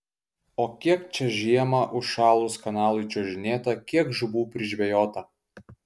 o kiek čia žiemą užšalus kanalui čiuožinėta kiek žuvų prižvejota